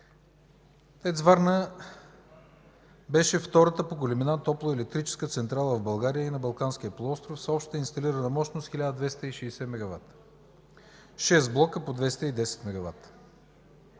ТЕЦ „Варна” беше втората по големина топлоелектрическа централа в България и на Балканския полуостров с обща инсталирана мощност 1260 мегавата – 6 блока по 210